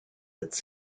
its